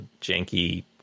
janky